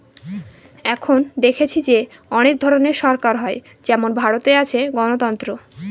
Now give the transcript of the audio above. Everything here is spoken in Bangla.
এখন দেখেছি যে অনেক ধরনের সরকার হয় যেমন ভারতে আছে গণতন্ত্র